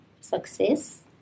success